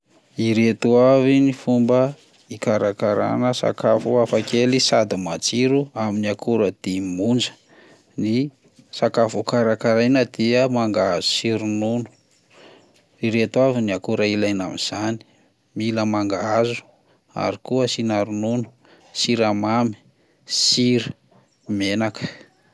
Ireto avy ny fomba hikarakarana sakafo hafakely sady matsiro amin'ny akora dimy monja: ny sakafo ho karakaraina dia mangahazo sy ronono. Ireto avy ny akora ilaina amin'izany: mila mangahazo, ary koa asiana ronono, siramamy, sira, menaka.